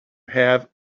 have